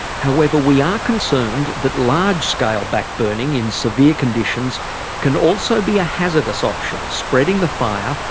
however, we are concerned that large-scale back-burning in severe conditions can also be a hazardous option, spreading the fire,